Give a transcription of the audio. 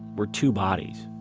were two bodies.